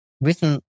written